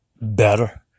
better